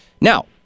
now